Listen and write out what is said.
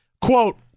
Quote